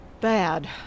Bad